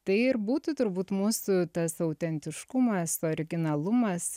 tai ir būtų turbūt mūsų tas autentiškumas originalumas